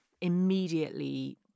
immediately